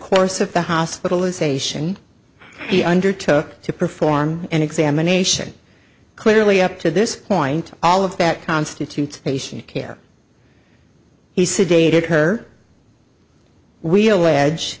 course of the hospitalization he undertook to perform an examination clearly up to this point all of that constitutes patient care he sedated her we'll edge